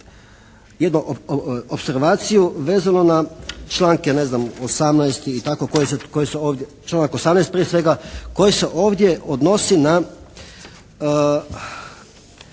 jednu opservaciju vezano na članke, ne znam, 18. i tako koje se, koje su ovdje, članak